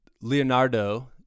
Leonardo